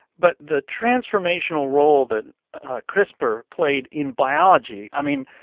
but the transformational role that crispr played in biology i mean,